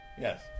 Yes